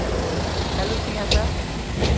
चलू सिंहेश्वर